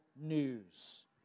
news